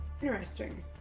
Interesting